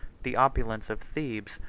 the opulence of thebes,